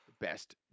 best